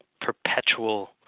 perpetual